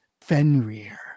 Fenrir